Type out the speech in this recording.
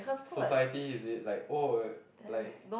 society is it like oh like